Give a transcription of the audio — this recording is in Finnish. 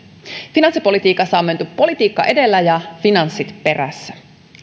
finanssipolitiikassa on menty politiikka edellä ja finanssit perässä